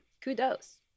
kudos